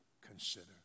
consider